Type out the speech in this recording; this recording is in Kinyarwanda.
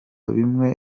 bimwe